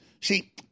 See